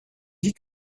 dit